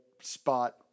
spot